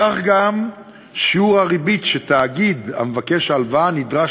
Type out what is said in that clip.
כך גם שיעור הריבית שתאגיד המבקש הלוואה נדרש